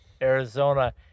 arizona